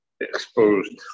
exposed